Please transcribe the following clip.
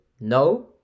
no